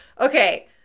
Okay